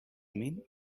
mean